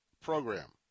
program